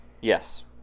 yes